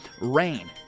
Rain